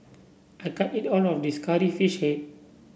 I can't eat all of this Curry Fish Head